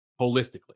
holistically